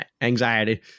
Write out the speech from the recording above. anxiety